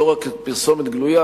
לא רק בפרסומת גלויה,